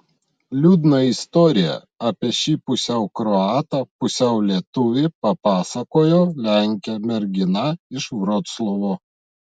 liūdną istoriją apie šį pusiau kroatą pusiau lietuvį papasakojo lenkė mergina iš vroclavo